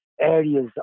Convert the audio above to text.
areas